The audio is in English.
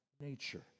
nature